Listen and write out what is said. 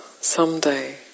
someday